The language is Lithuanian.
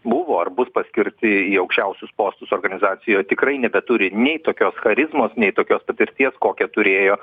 buvo ar bus paskirti į aukščiausius postus organizacijoj tikrai nebeturi nei tokios charizmos nei tokios patirties kokią turėjo